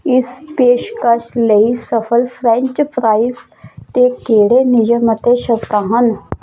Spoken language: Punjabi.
ਇਸ ਪੇਸ਼ਕਸ਼ ਲਈ ਸਫਲ ਫ੍ਰੈਂਚ ਫ੍ਰਾਈਜ਼ 'ਤੇ ਕਿਹੜੇ ਨਿਯਮ ਅਤੇ ਸ਼ਰਤਾਂ ਹਨ